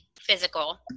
physical